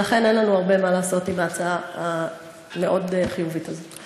ולכן אין לנו הרבה מה לעשות עם ההצעה המאוד-חיובית הזאת.